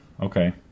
okay